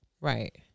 Right